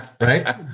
right